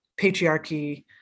patriarchy